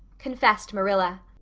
confessed marilla,